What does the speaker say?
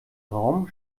raum